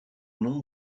nom